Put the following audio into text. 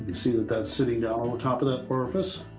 see that that's sitting down on top of that purpose,